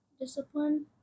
Discipline